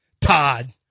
Todd